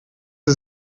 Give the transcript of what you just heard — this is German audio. sie